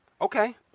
okay